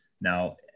Now